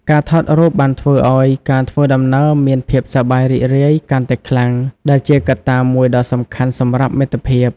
ការថតរូបបានធ្វើឱ្យការធ្វើដំណើរមានភាពសប្បាយរីករាយកាន់តែខ្លាំង ដែលជាកត្តាមួយដ៏សំខាន់សម្រាប់មិត្តភាព។